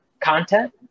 content